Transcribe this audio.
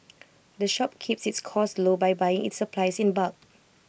the shop keeps its costs low by buying its supplies in bulk